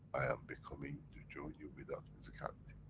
becoming to join you without physicality.